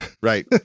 Right